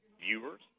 Viewers